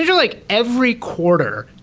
like every quarter,